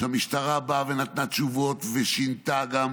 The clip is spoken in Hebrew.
והמשטרה באה ונתנה תשובות ושינתה גם